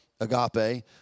agape